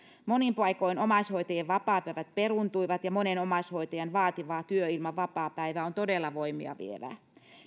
monin paikoin omaishoitajien vapaapäivät peruuntuivat ja monen omaishoitajan vaativa työ ilman vapaapäiviä on todella voimia vievää